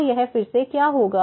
तो यह फिर से क्या होगा